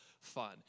fun